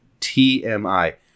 TMI